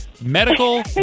Medical